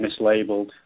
mislabeled